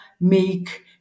make